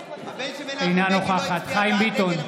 אינה נוכחת חיים ביטון,